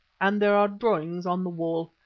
and there are drawings on the wall.